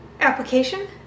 application